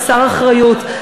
חסר אחריות,